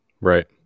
Right